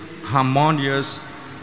harmonious